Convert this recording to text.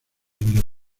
indios